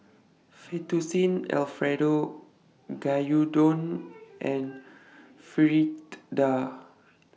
Fettuccine Alfredo Gyudon and Fritada